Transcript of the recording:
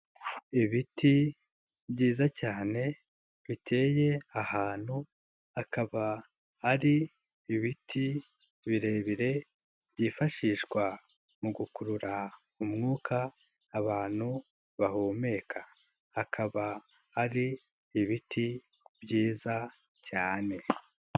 Ibiti byiza cyane biteye ahantu hakaba ari ibiti birebire byifashishwa mu gukurura umwuka abantu bahumeka, akaba ari ibiti byiza cyane.